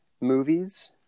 movies